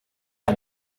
nka